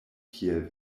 kiel